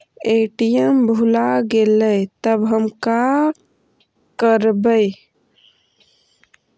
ATM भुला गेलय तब हम काकरवय?